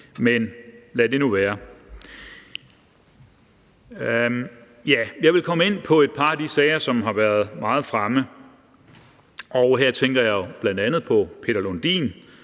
Men lad nu det være. Jeg vil komme ind på et par af de sager, som har været meget fremme. Her tænker jeg jo bl.a. på Peter Lundin,